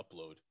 upload